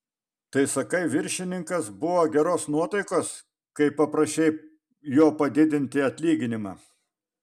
tai sakai viršininkas buvo geros nuotaikos kai paprašei jo padidinti atlyginimą